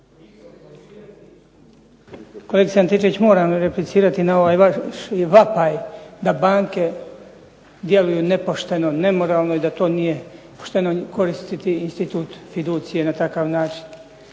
Kolegice Antičević, moram replicirati na ovaj vaš vapaj da banke djeluju nepošteno, nemoralno i da to nije pošteno koristiti institut fiducije na takav način.